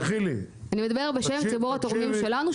אני מדברת בשם ציבור התורמים שלנו,